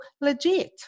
legit